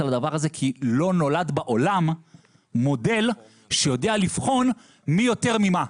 על הדבר הזה כי לא נולד בעולם מודל שיודע לבחון מי יותר ממה.